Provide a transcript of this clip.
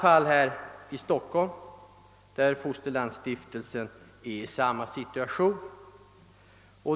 I Stockholm är Fosterlandsstiftelsen i precis samma situation.